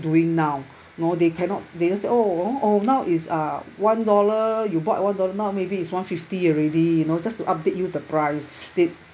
doing now know they cannot they just say oh oh oh now it's uh one dollar you bought at one dollar now maybe it's one fifty already you know just to update you the price they